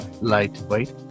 Lightweight